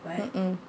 mm